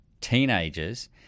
teenagers